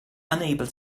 unable